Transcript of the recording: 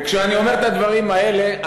וכשאני אומר את הדברים האלה,